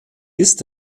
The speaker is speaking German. ist